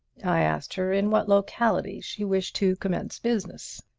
i asked her in what locality she wished to commence business.